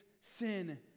sin